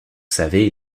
savez